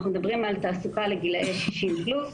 אנחנו מדברים על תעסוקה לגילאי 60 פלוס.